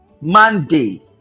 Monday